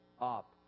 up